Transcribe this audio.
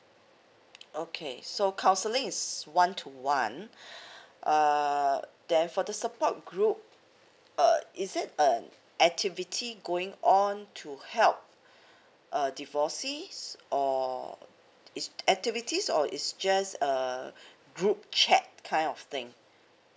okay so counselling is one to one uh then for the support group uh is it an activity going on to help uh divorcee or is activities or is just a group chat kind of thing